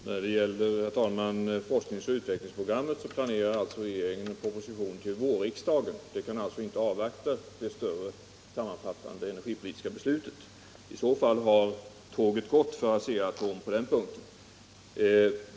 Herr talman! När det gäller forskningsoch utvecklingsprogrammet planerar regeringen en proposition till vårriksdagen. Regeringen kan alltså inte avvakta det större sammanfattande energipolitiska beslutet i riksdagen, för i så fall kommer tåget att ha gått för Asea-Atom på den punkten.